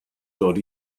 dod